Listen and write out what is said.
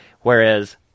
whereas